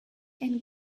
and